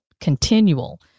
continual